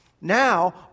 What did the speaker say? now